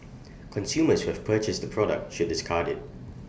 consumers have purchased the product should discard IT